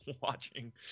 watching